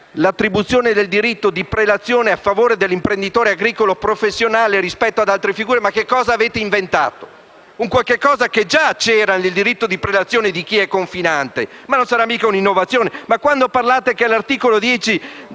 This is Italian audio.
dell'attribuzione del diritto di prelazione a favore dell'imprenditore agricolo professionale rispetto ad altre figure. Mi chiedo cosa avete inventato di nuovo. È qualcosa che già c'era nel diritto di prelazione di chi è confinante. Non sarà mica un'innovazione!